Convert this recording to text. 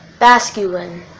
Basculin